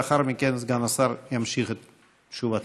לאחר מכן סגן השר ימשיך את תשובתו.